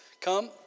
come